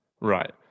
right